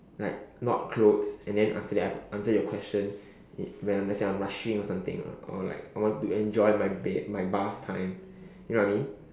like not clothes and then after that I have to answer your question in when when I'm rushing or something or like I want to enjoy my ba~ my bath time you know what I mean